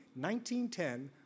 1910